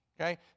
Okay